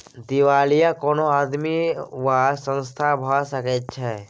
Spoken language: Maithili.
दिवालिया कोनो आदमी वा संस्था भए सकैत छै